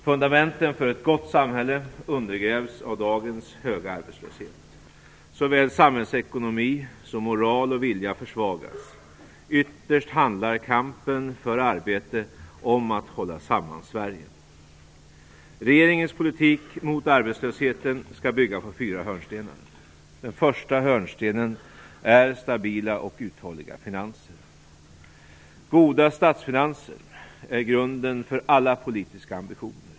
Fundamenten för ett gott samhälle undergrävs av dagens höga arbetslöshet. Såväl samhällsekonomi som moral och vilja försvagas. Ytterst handlar kampen för arbete om att hålla samman Sverige. Regeringens politik mot arbetslösheten skall bygga på fyra hörnstenar: Den första hörnstenen är stabila och uthålliga finanser. Goda statsfinanser är grunden för alla politiska ambitioner.